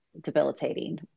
debilitating